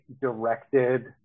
directed